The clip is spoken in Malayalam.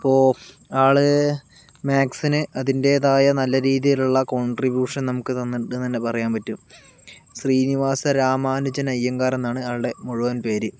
ഇപ്പോൾ ആള് മാക്സിനു അതിൻ്റെതായ നല്ല രീതിലുള്ള കോൺട്രിബൂഷൻ നമുക്ക് തന്നിട്ടുണ്ട് എന്ന് തന്നെ പറയാൻ പറ്റും ശ്രീനിവാസ രാമാനുജൻ അയ്യങ്കാർ എന്നാണ് അയാളുടെ മുഴുവൻ പേര്